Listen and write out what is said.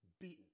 beaten